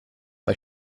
bei